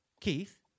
Keith